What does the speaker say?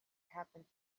happens